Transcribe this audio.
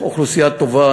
זאת אוכלוסייה טובה,